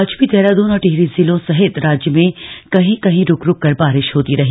आज भी देहरादून और टिहरी जिलों सहित राज्य में कहीं कहीं रूक रूक कर बारिश होती रही